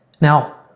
Now